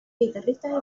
guitarristas